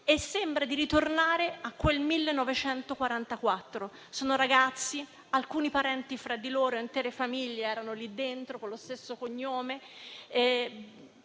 e sembra di ritornare a quel 1944. Sono ragazzi, alcuni parenti fra di loro (intere famiglie sono lì dentro, con lo stesso cognome),